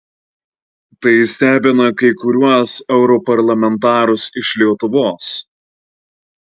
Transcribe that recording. tai stebina kai kuriuos europarlamentarus iš lietuvos